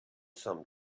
some